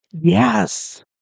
Yes